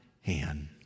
hand